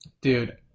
Dude